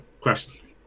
question